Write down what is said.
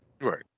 Right